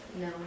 No